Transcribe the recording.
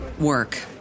work